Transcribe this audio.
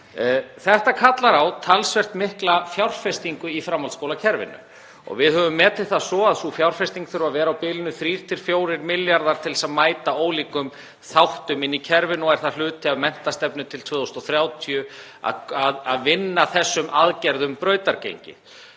Þetta kallar á talsvert mikla fjárfestingu í framhaldsskólakerfinu og við höfum metið það svo að sú fjárfesting þurfi að vera á bilinu 3–4 milljarðar til þess að mæta ólíkum þáttum í kerfinu og er það hluti af menntastefnu til 2030 að vinna þessum aðgerðum brautargengi.